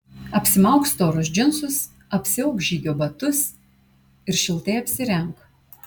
apsimauk storus džinsus apsiauk žygio batus ir šiltai apsirenk